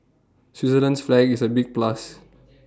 Switzerland's flag is A big plus